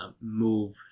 move